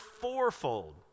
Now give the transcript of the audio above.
fourfold